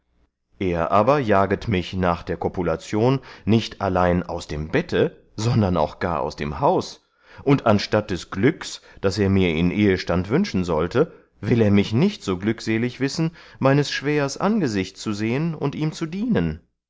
er aber jaget mich nach der kopulation nicht allein aus dem bette sondern auch gar aus dem haus und anstatt des glücks das er mir in ehestand wünschen sollte will er mich nicht so glückselig wissen meines schwähers angesicht zu sehen und ihm zu dienen